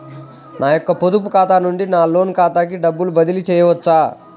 నా యొక్క పొదుపు ఖాతా నుండి నా లోన్ ఖాతాకి డబ్బులు బదిలీ చేయవచ్చా?